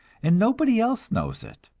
and nobody else knows it.